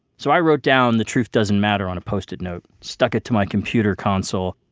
so i wrote down the truth doesn't matter on a post-it note, stuck it to my computer console,